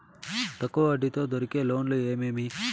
తక్కువ వడ్డీ తో దొరికే లోన్లు ఏమేమి